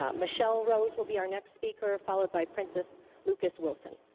um michelle rose will be our next speaker followed by princess lucas wilson.